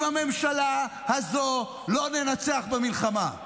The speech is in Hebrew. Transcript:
עם הממשלה הזאת לא ננצח במלחמה.